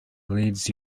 leeds